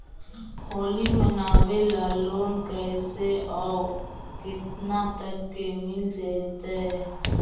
होली मनाबे ल लोन कैसे औ केतना तक के मिल जैतै?